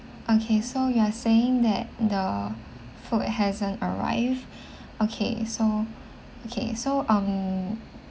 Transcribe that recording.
okay so you are saying that the food hasn't arrived okay so okay so um